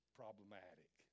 problematic